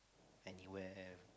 anywhere